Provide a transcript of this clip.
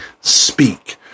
speak